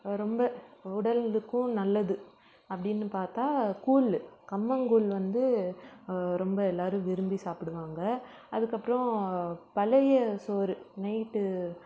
ரொம்ப உடலுக்கும் நல்லது அப்படின்னு பார்த்தா கூழ் கம்மங்கூழ் வந்து ரொம்ப எல்லாேரும் விரும்பி சாப்பிடுவாங்க அதுக்கப்புறம் பழைய சோறு நைட்டு